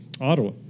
Ottawa